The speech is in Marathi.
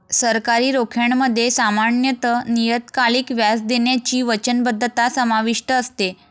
सरकारी रोख्यांमध्ये सामान्यत नियतकालिक व्याज देण्याची वचनबद्धता समाविष्ट असते